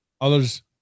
Others